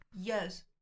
Yes